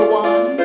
one